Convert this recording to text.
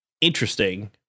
interesting